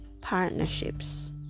partnerships